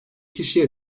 kişiye